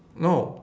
no